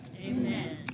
Amen